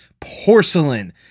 porcelain